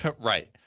Right